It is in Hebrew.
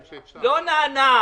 גפני, זה לא ייגמר בזה,